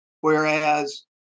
whereas